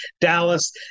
Dallas